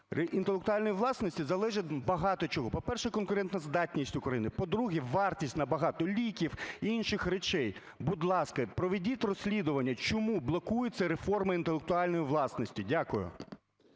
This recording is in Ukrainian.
інтелектуальної власності залежить багато чого. По-перше, конкурентоздатність України. По-друге, вартість на багато ліків, інших речей. Будь ласка, проведіть розслідування чому блокуються реформи інтелектуальної власності. Дякую.